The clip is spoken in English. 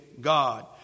God